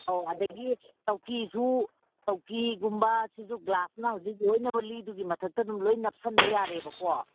ꯑꯧ ꯑꯗꯒꯤ ꯆꯧꯀ꯭ꯔꯤꯁꯨ ꯆꯧꯀ꯭ꯔꯤꯒꯨꯝꯕ ꯁꯤꯁꯨ ꯒ꯭ꯂꯥꯁꯅ ꯍꯧꯖꯤꯛ ꯂꯣꯏꯅꯃꯛ ꯂꯤꯗꯨꯒꯤ ꯃꯊꯛꯇ ꯑꯗꯨꯝ ꯂꯣꯏ ꯅꯞꯁꯤꯟꯕ ꯌꯥꯔꯦꯕꯀꯣ